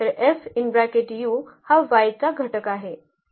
तर हा Y चा घटक आहे